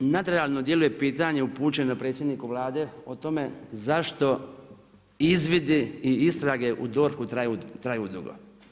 Meni nadrealno djeluje pitanje upućeno predsjedniku Vlade o tome, zašto izvide i istrage u DORH-u traju dugo.